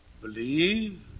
Believe